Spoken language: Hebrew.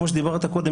כמו שאמרת קודם,